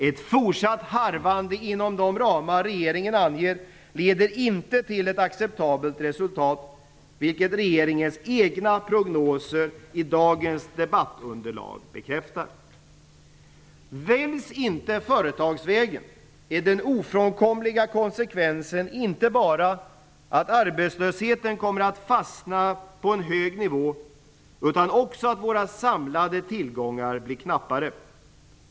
Ett fortsatt harvande inom de ramar regeringen anger leder inte till ett acceptabelt resultat, vilket regeringens egna prognoser i dagens debattunderlag bekräftar. Väljs inte företagsvägen är den ofrånkomliga konsekvensen inte bara att arbetslösheten kommer att fastna på en hög nivå, utan också att våra samlade tillgångar blir knappare.